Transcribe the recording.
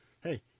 Hey